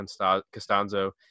Costanzo